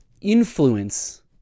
influence